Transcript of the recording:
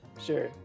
Sure